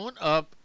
up